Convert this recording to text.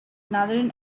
northern